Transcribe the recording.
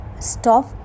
stop